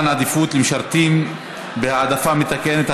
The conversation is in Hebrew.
מתן עדיפות למשרתים בהעדפה מתקנת),